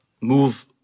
move